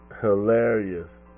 Hilarious